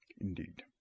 Indeed